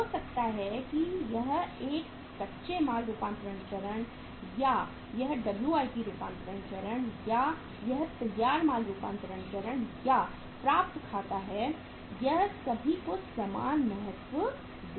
हो सकता है कि यह एक कच्चा माल रूपांतरण चरण है या यह WIP रूपांतरण चरण है या यह तैयार माल रूपांतरण चरण है या प्राप्त खाता है यह सभी को समान महत्व देता है